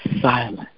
silence